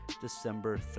December